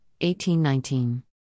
1819